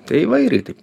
tai įvairiai taip